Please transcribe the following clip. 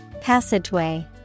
Passageway